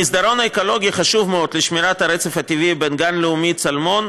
המסדרון האקולוגי חשוב מאוד לשמירת הרצף הטבעי בין גן לאומי צלמון,